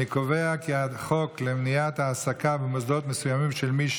חוק למניעת העסקה במוסדות מסוימים של מי